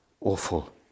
Awful